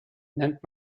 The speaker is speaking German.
nennt